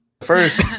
first